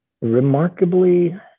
Remarkably